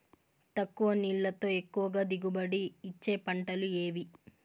తక్కువ నీళ్లతో ఎక్కువగా దిగుబడి ఇచ్చే పంటలు ఏవి?